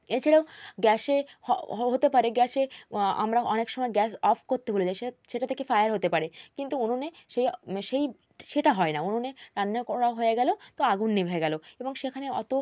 এছাড়াও গ্যাসে হতে পারে গ্যাসে আমরা অনেক সময় গ্যাস অফ করতে ভুলে যাই সেটা সেটা থেকে ফায়ার হতে পারে কিন্তু উনুনে সেই সেই সেটা হয় না উনুনে রান্না করা হয়ে গেলো তো আগুন নিভে গেলো এবং সেখানে অতো